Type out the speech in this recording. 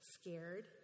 scared